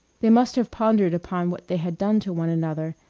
they must have pondered upon what they had done to one another,